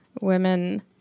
women